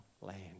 land